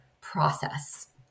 process